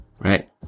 right